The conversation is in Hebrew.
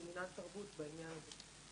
של מינהל תרבות בעניין הזה.